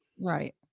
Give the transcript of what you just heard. Right